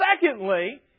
Secondly